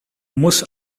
muss